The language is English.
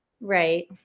Right